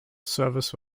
service